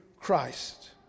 Christ